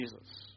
Jesus